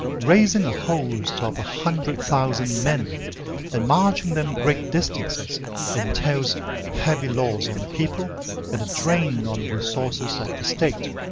raising a host of a hundred thousand men and marching them great distances entails heavy loss on the people and a drain on the resources of the state.